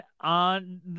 on